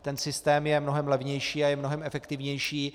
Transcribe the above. Ten systém je mnohem levnější a mnohem efektivnější.